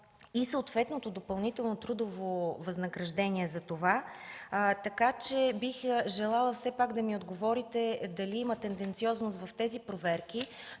и съответното допълнително трудово възнаграждение за това. Бих желала все пак да ми отговорите дали има тенденциозност в тези проверки,